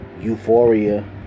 euphoria